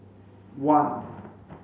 one